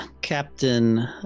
captain